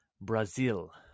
Brazil